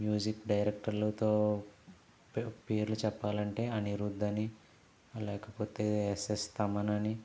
music డైరెక్టర్లతో పే పేర్లు చెప్పాలంటే అనిరుధ్ అని లేకపోతే ఎస్ఎస్ తమన్ అని